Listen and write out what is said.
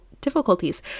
difficulties